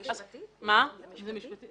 זה עניין משפטי?